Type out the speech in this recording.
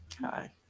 Hi